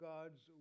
God's